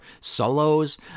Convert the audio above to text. solos